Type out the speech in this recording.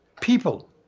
people